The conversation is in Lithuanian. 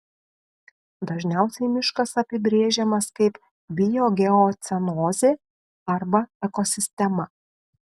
dažniausiai miškas apibrėžimas kaip biogeocenozė arba ekosistema